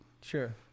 Sure